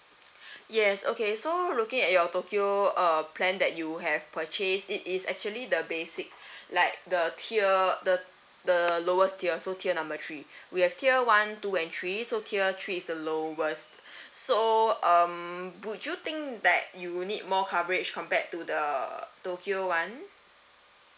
yes okay so looking at your tokyo uh plan that you have purchase it is actually the basic like the tier the the lowest tier so tier number three we have tier one two and three to tier three is the lowest so um would you think that you will need more coverage compared to the tokyo [one]